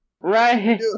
right